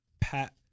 pat